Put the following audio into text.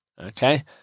okay